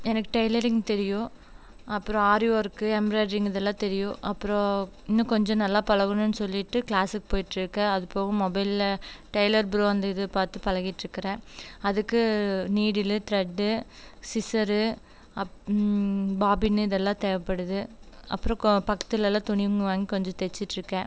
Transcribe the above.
எனக்கு டெய்லரிங் தெரியும் அப்புறம் ஆரி ஒர்க்கு எம்ராய்டிங் இதெலாம் தெரியும் அப்புறம் இன்னும் கொஞ்சம் நல்லா பழகணுன்னு சொல்லிட்டு கிளாஸுக்கு போயிட்டு இருக்கேன் அது போக இந்த மொபைலில் டெய்லர் ப்ரோ அந்த இது பார்த்து பழகிட்டு இருக்கிறேன் அதுக்கு நீடிலு த்ரெட்டு சிஸ்சரு அப் பாபினு இதெல்லாம் தேவைப்படுது அப்புறம் கோ பக்கத்துலெலாம் துணி வாங்கி கொஞ்சம் தைச்சிட்டு இருக்கேன்